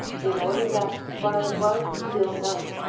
in order that, while it was still night,